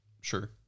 sure